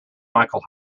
michael